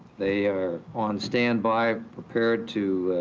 they are on standby, prepared to,